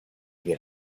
wir